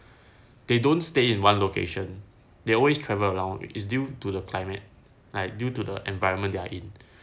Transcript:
they don't stay in one location they always travelled around it's due to the climate like due to the environment they are in